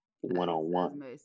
one-on-one